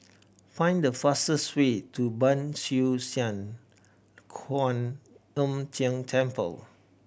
find the fastest way to Ban Siew San Kuan Im Tng Temple